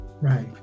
Right